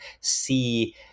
see